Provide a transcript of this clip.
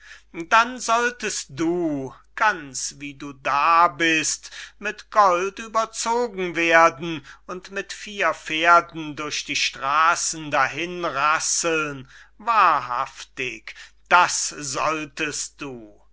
dann solltest du ganz wie du da bist mit gold überzogen werden und mit vier pferden durch die strasen dahinrasseln wahrhaftig das solltest du